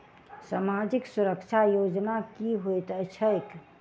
सामाजिक सुरक्षा योजना की होइत छैक?